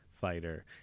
fighter